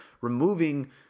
removing